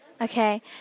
Okay